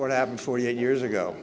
what happened forty eight years ago